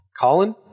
colin